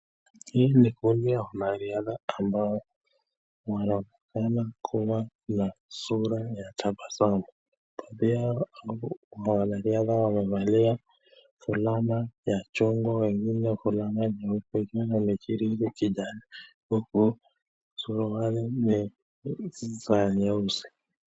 Hii ni kundi ya wanariadha ambao wanaonekana kuwa na sura ya tabasamu. Mbele ya wanariadha hawa wamevalia fulana ya chungwa wengine fulana nyeupe na mviringi kijani huku suruali ni za nyeusi.